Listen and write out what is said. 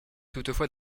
toutefois